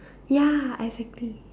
ya exactly